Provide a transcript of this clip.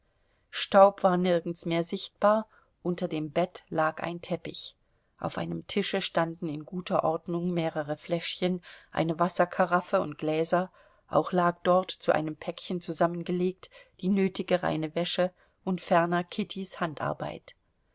staub war nirgends mehr sichtbar unter dem bett lag ein teppich auf einem tische standen in guter ordnung mehrere fläschchen eine wasserkaraffe und gläser auch lag dort zu einem päckchen zusammengelegt die nötige reine wäsche und ferner kittys handarbeit